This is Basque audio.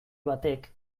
batek